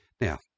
Now